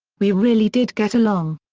we really did get along.